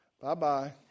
Bye-bye